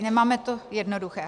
Nemáme to jednoduché.